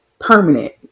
permanent